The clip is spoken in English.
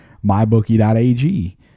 MyBookie.ag